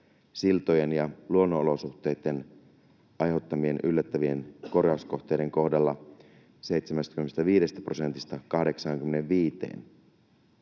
siltojen ja luonnonolosuhteiden aiheuttamien yllättävien korjauskohteiden kohdalla 75 prosentista 85 prosenttiin.